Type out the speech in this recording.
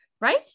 Right